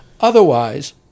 Otherwise